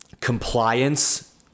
compliance